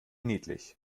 niedlich